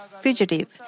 fugitive